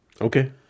Okay